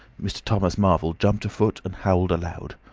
mr. thomas marvel jumped a foot and howled aloud.